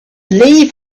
leave